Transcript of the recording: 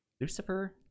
Lucifer